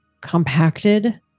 compacted